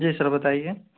جی sir بتائیے